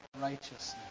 righteousness